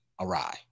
awry